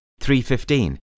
315